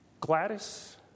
Gladys